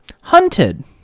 Hunted